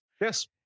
yes